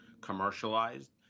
commercialized